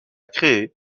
créé